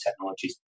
technologies